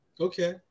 Okay